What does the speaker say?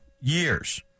years